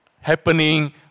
happening